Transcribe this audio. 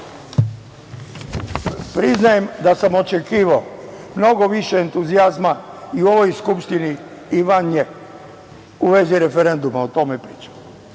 sutra. Priznajem da sam očekivao mnogo više entuzijazma i u ovoj Skupštini i van nje, u vezi referenduma, o tome pričam.